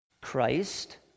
Christ